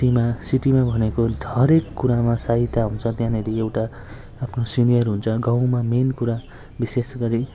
सिटीमा सिटीमा भनेको हरेक कुरामा सहायता हुन्छ त्यहाँनिर एउटा आफ्नो सिनियर हुन्छ गाउँमा मेन कुरा एउटा विशेष गरी